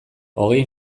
hogei